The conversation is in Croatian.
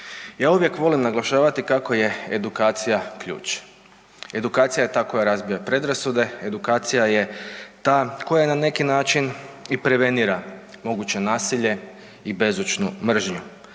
Ja uvijek volim naglašavati kako je edukacija ključ, edukacija je ta koja razbija predrasude, edukacija je ta koja na neki način i prevenira moguće nasilje i bezočnu mržnju.